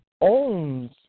owns